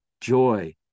joy